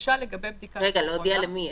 למשל לגבי בדיקת קורונה --- להודיע למי?